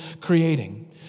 creating